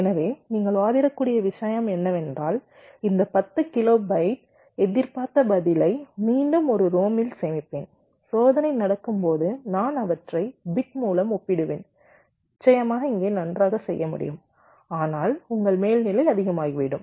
எனவே நீங்கள் வாதிடக்கூடிய விஷயம் என்னவென்றால் இந்த 10 கிலோபைட் எதிர்பார்த்த பதிலை மீண்டும் ஒரு ரோம் இல் சேமிப்பேன் சோதனை நடக்கும் போது நான் அவற்றை பிட் மூலம் ஒப்பிடுவேன் நிச்சயமாக இங்கே நன்றாக செய்ய முடியும் ஆனால் உங்கள் மேல்நிலை அதிகமாகிவிடும்